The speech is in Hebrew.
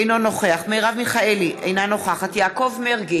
אינו נוכח מרב מיכאלי, אינה נוכחת יעקב מרגי,